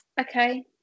Okay